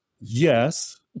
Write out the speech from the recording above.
Yes